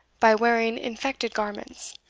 by wearing infected garments.